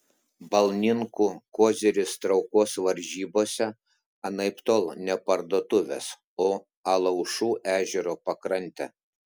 balninkų koziris traukos varžybose anaiptol ne parduotuvės o alaušų ežero pakrantė